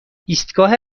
ایستگاه